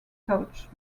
touched